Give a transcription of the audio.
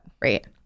Right